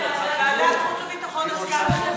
ועדת החוץ והביטחון עסקה בזה בחודש מרס,